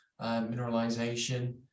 mineralization